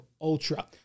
Ultra